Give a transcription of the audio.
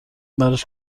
براش